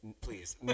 please